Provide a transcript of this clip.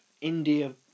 India